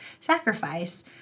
sacrifice